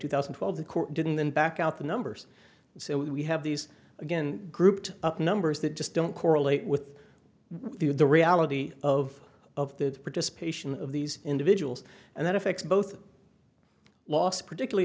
two thousand and twelve the court didn't then back out the numbers so we have these again grouped up numbers that just don't correlate with the reality of of the participation of these individuals and that affects both loss particularly